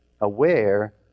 aware